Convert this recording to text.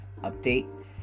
Update